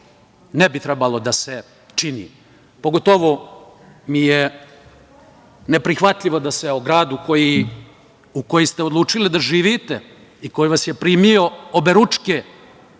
ne bi trebalo da se čini. Pogotovo mi je neprihvatljivo da o gradu u kojem ste odlučili da živite i koji vas je primio oberučke